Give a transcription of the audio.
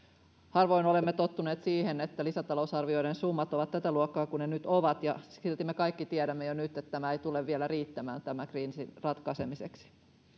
harvoin olemme tottuneet siihen että lisätalousarvioiden summat ovat tätä luokkaa kuin ne nyt ovat ja silti me kaikki tiedämme jo nyt että tämä ei tule vielä riittämään tämän kriisin ratkaisemiseksi